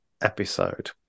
episode